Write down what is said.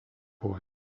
boy